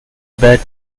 bad